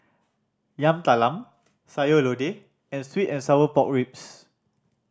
Yam Talam Sayur Lodeh and sweet and sour pork ribs